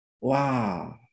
Wow